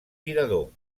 tirador